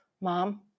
Mom